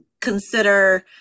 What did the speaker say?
consider